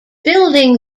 building